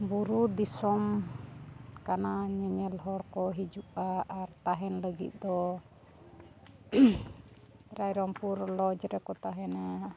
ᱵᱩᱨᱩ ᱫᱤᱥᱚᱢ ᱠᱟᱱᱟ ᱧᱮᱧᱮᱞ ᱦᱚᱲ ᱠᱚ ᱦᱤᱡᱩᱜᱼᱟ ᱟᱨ ᱛᱟᱦᱮᱱ ᱞᱟᱹᱜᱤᱫ ᱫᱚ ᱨᱟᱭᱨᱚᱢᱯᱩᱨ ᱨᱮᱠᱚ ᱛᱟᱦᱮᱱᱟ